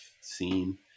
scene